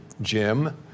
Jim